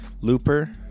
looper